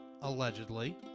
Allegedly